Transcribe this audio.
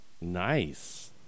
Nice